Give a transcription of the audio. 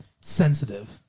sensitive